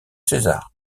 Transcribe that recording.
césar